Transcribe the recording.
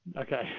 Okay